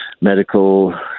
medical